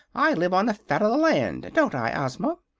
i live on the fat of the land don't i, ozma?